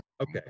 Okay